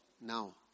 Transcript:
Now